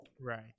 Right